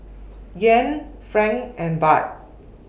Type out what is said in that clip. Yen Franc and Baht